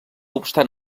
obstant